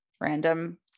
random